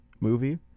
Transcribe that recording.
movie